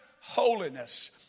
holiness